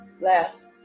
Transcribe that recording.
last